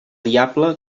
diable